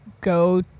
go